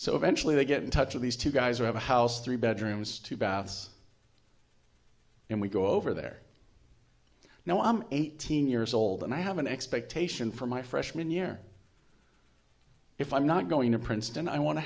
so eventually they get in touch with these two guys who have a house three bedrooms two baths and we go over there now i'm eighteen years old and i have an expectation from my freshman year if i'm not going to princeton i want to